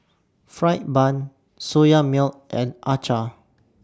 Fried Bun Soya Milk and Acar